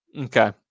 Okay